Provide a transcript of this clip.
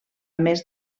més